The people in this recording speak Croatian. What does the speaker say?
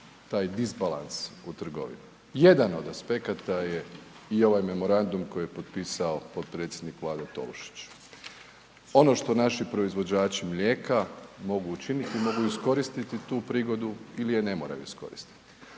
taj disbalans u trgovini. Jedan od aspekata je i ovaj memorandum koji je potpisao potpredsjednik Vlade Tolušić. Ono što naši proizvođači mlijeka mogu učiniti, mogu iskoristiti tu prigodu ili je ne moraju iskoristiti.